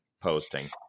posting